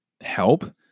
help